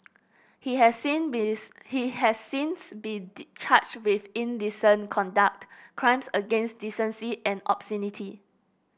he has sin he has since been charged with indecent conduct crimes against decency and obscenity